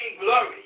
glory